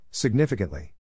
Significantly